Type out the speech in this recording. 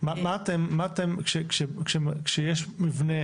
כשיש מבנה